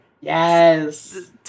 Yes